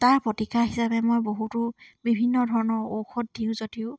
তাৰ প্ৰতিকাৰ হিচাপে মই বহুতো বিভিন্ন ধৰণৰ ঔষধ দিওঁ যদিও